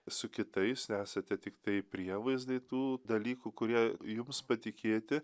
su kitais nesate tiktai prievaizdai tų dalykų kurie jums patikėti